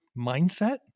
mindset